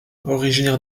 originaires